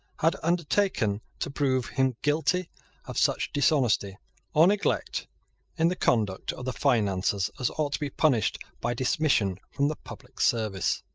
had undertaken to prove him guilty of such dishonesty or neglect in the conduct of the finances as ought to be punished by dismission from the public service.